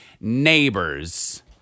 neighbors